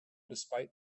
despite